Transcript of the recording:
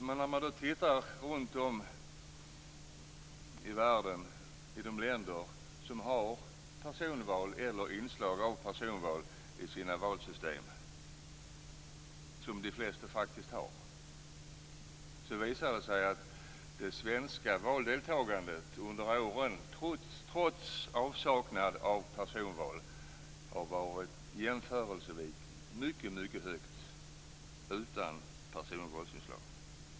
Men om man tittar på de länder runtom i världen som har personval eller inslag av personval i sina valsystem, som de flesta faktiskt har, så visar det sig att det svenska valdeltagandet under åren trots avsaknad av personval har varit jämförelsevis mycket högt - alltså utan personvalsinslag.